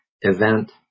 event